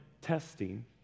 testing